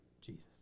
Jesus